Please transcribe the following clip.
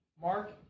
Mark